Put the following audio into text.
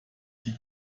die